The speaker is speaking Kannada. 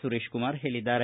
ಸುರೇಶಕುಮಾರ ಹೇಳದ್ದಾರೆ